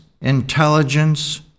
intelligence